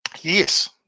yes